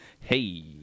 Hey